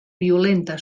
violenta